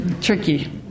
Tricky